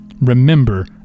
Remember